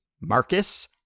Marcus